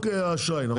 האשראי, נכון?